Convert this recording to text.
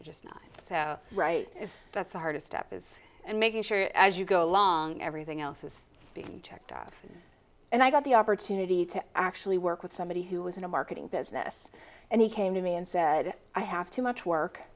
just not so right if that's the hardest step is and making sure as you go along everything else is being checked out and i got the opportunity to actually work with somebody who was in a marketing business and he came to me and said i have too much work